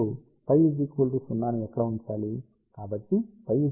మీరు ψ 0 ని ఎక్కడ ఉంచాలి